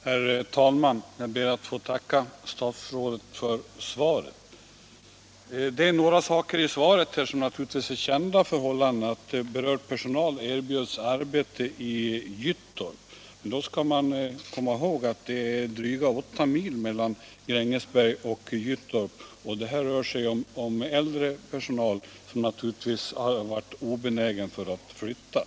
Herr talman! Jag ber att få tacka statsrådet för svaret på min fråga. Några av uppgifterna i svaret avser kända förhållanden, bl.a. den att berörd personal erbjudits arbete i Gyttorp. Man skall dock komma ihåg att det är drygt åtta mil mellan Grängesberg och Gyttorp och att det är fråga om äldre personal, som naturligtvis är obenägen att flytta.